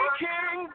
king